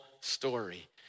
story